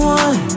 one